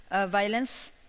violence